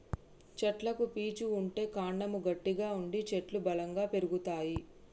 చెట్లకు పీచు ఉంటే కాండము గట్టిగా ఉండి చెట్లు బలంగా పెరుగుతాయి